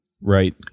Right